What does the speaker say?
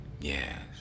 Yes